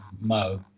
Mo